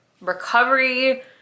recovery